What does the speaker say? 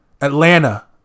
Atlanta